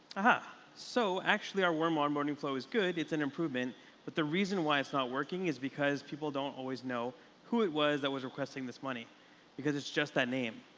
ah so actually our warm onboarding flow is good, it's an improvement but the reason why it's not working is because people don't always know who it was that was requesting this money because it's just that name.